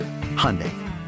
Hyundai